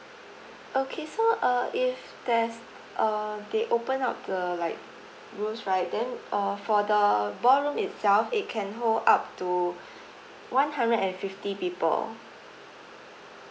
okay so uh if there's uh they open up the like rooms right then uh for the ballroom itself it can hold up to one hundred and fifty people